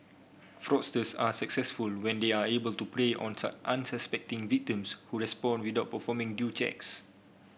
fraudsters are successful when they are able to prey on unsuspecting victims who respond without performing due checks